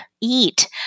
eat